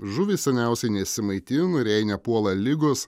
žuvys seniausiai nesimaitin ir jei nepuola ligos